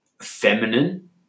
feminine